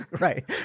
Right